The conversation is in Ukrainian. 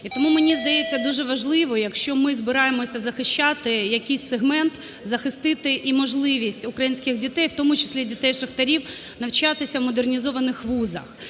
І тому, мені здається, дуже важливо, якщо ми збираємося захищати якийсь сегмент, захистити і можливість українських дітей, в тому числі дітей шахтарів навчатися в модернізованих вузах.